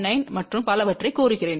9 மற்றும் பலவற்றைக் கூறுகிறேன்